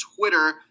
Twitter